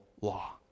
law